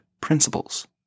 principles